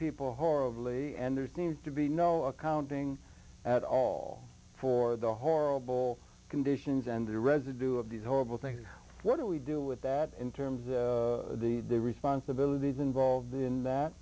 people horribly and there's going to be no accounting at all for the horrible conditions and the residue of these horrible things what do we do with that in terms of the responsibilities involved in that